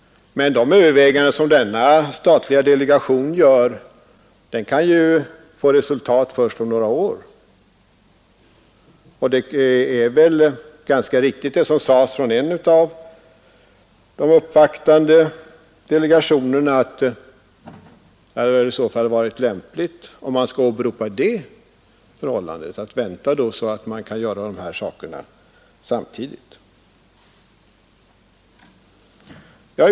Men de överväganden som denna statliga delegation gör kan ju få resultat först om några år, och det är väl ganska riktigt som sades från en av de uppvaktande grupperna, att det i så fall hade varit lämpligt att vänta, så att man kunnat göra de här sakerna samtidigt. Herr talman!